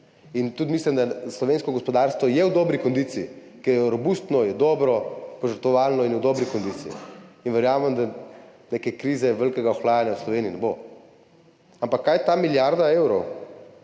in tudi mislim, da je slovensko gospodarstvo v dobri kondiciji, ker je robustno, je dobro, požrtvovalno in v dobri kondiciji, in verjamem, da neke krize, velikega ohlajanja v Sloveniji ne bo. Ampak kaj ta milijarda evrov